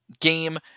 game